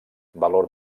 valor